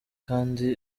kandi